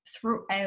throughout